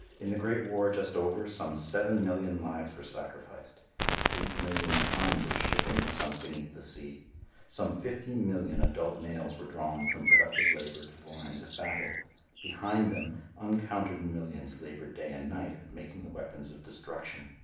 in the great war just over, some seven million lives were sacrificed eight million tons of shipping were sunk beneath the sea some fifty million adult males were drawn from productive labor to the lines of battle behind them uncounted millions labored day and night at making the weapons of destruction.